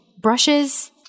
brushes